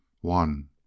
One